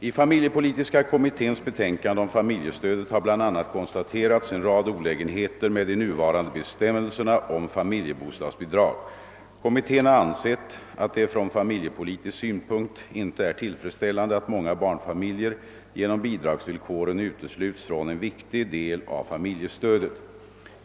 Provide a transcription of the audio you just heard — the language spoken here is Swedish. I familjepolitiska kommitténs betänkande om familjestödet har bl.a. konstaterats en rad olägenheter med de nuvarande bestämmelserna om familjebostadsbidrag. Kommittén har ansett att det från familjepolitisk synpunkt inte är tillfredsställande att många barnfamiljer genom bidragsvillkoren utesluts från en viktig del av familjestödet.